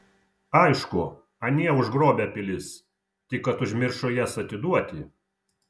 aišku anie užgrobę pilis tik kad užmiršo jas atiduoti